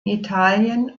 italien